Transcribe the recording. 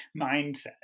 mindset